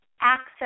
access